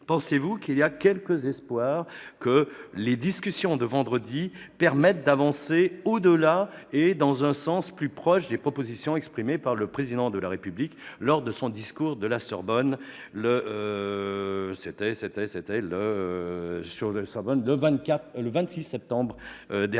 pensez-vous qu'il y a quelque espoir que les discussions de vendredi permettent d'aller au-delà et dans un sens plus proche des propositions avancées par le Président de la République lors de son discours de la Sorbonne le 26 septembre dernier ?